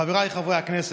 חבריי חברי הכנסת,